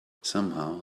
somehow